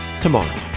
tomorrow